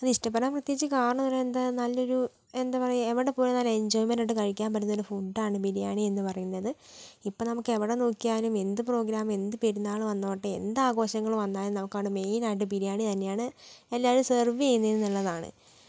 അതിഷ്ടപ്പെടാൻ പ്രത്യേകിച്ച് കാരണം ഒന്നുമില്ല എന്താണ് നല്ലൊരു എന്താണ് പറയുക എവിടെപ്പോയാലും നല്ല എൻജോയ്മെൻറ്റ് ആയിട്ട് കഴിക്കാൻ പറ്റുന്ന ഒരു ഫുഡ് ആണ് ബിരിയാണി എന്ന് പറയുന്നത് ഇപ്പം നമുക്ക് എവിടെ നോക്കിയാലും എന്ത് പ്രോഗ്രാം എന്ത് പെരുന്നാൾ വന്നോട്ടെ എന്ത് ആഘോഷങ്ങൾ വന്നാലും നമുക്കവിടെ മെയിൻ ആയിട്ട് ബിരിയാണി തന്നെയാണ് എല്ലാവരും സെർവ് ചെയ്യുന്നത് എന്നുള്ളതാണ്